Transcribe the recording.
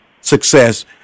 success